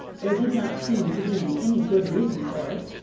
there did not seem to be any good reason for it,